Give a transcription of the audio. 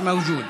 מיש מווג'וד.